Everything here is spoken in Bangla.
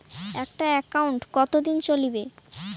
একটা একাউন্ট কতদিন চলিবে?